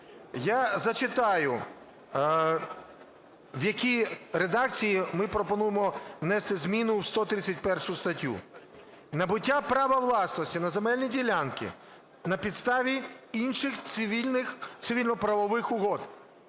Я зачитаю, в якій редакції ми пропонуємо внести зміну в 131 статтю. "Набуття права власності на земельні ділянки на підставі інших цивільно-правових угод.